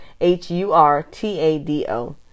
H-U-R-T-A-D-O